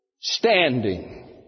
Standing